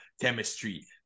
chemistry